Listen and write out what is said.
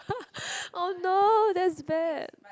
oh no that's bad